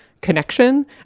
connection